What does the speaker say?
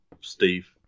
Steve